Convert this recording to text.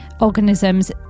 organisms